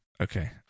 Okay